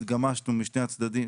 התגמשנו משני הצדדים,